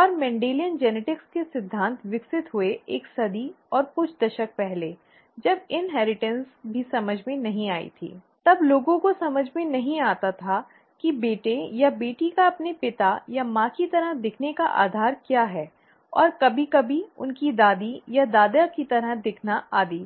और Mendelian genetics के सिद्धांत विकसित हुए एक सदी और कुछ दशक पहले जब विरासत भी समझ में नहीं आई थी तब लोगों को समझ में नहीं आता था कि बेटे या बेटी का अपने पिता या माँ की तरह दिखने का आधार क्या है और कभी कभी उनकी दादी या दादा की तरह दिखना आदि